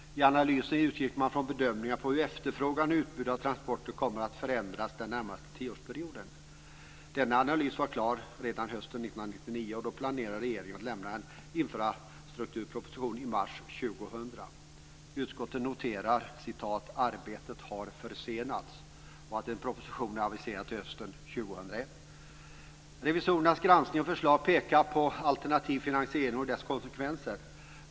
I analysen utgick man från bedömningar av hur efterfrågan på och utbudet av transporter kommer att förändras den närmaste tioårsperioden. Denna analys var klar redan hösten 1999, och regeringen planerade då att lämna en infrastrukturproposition i mars 2000. Utskottet noterar att "arbetet har försenats" och att en proposition är aviserad till hösten 2001. Revisorerna granskar alternativ finansiering och dess konsekvenser.